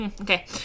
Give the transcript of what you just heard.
Okay